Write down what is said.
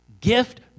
gift